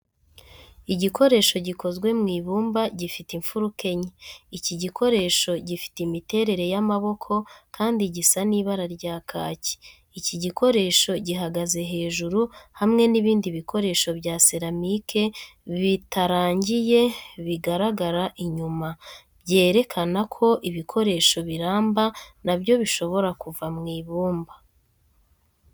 Igikoresho gikozwe mu ibumba, gifite imfuruka enye. Iki gikoresho gifite imiterere y'amaboko kandi gisa n'ibara rya kaki. Iki gikoresho gihagaze hejuru, hamwe n'ibindi bikoresho bya seramike bitarangiye bigaragara inyuma, byerekana ko ibikoresho biramba na byo bishobora kuva mu ibumba.